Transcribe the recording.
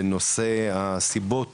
בנושא הסיבות